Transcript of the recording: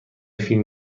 فیلم